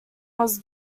was